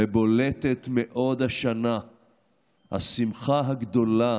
ובולטת מאוד השנה השמחה הגדולה